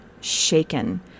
shaken